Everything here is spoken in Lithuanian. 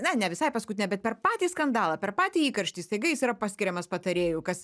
na ne visai paskutinę bet per patį skandalą per patį įkarštį staiga jis yra paskiriamas patarėju kas